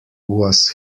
was